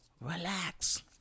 Relax